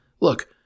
look